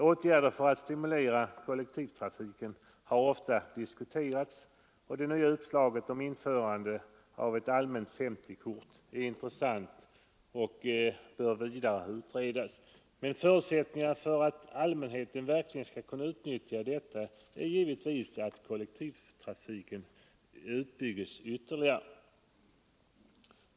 Åtgärder för att stimulera kollektivtrafiken har ofta diskuterats, och det nya uppslaget om införande av ett allmänt SO-kort är intressant och bör vidare utredas. Men förutsättningen för att allmänheten verkligen skall kunna utnyttja ett sådant kort är givetvis att kollektivtrafiken byggs ut ytterligare.